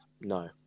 No